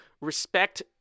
respect